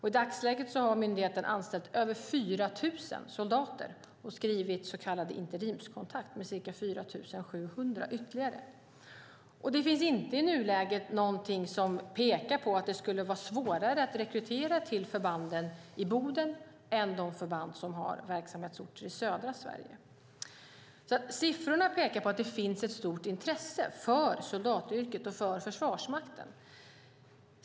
I dagsläget har myndigheten anställt över 4 000 soldater och skrivit så kallade interimskontrakt med ca 4 700 ytterligare. Det finns i nuläget ingenting som pekar på att det skulle vara svårare att rekrytera till förband i Boden än till förband som har verksamhetsorter i södra Sverige. Siffrorna visar att det finns ett stort intresse för soldatyrket och för Försvarsmakten.